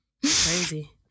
Crazy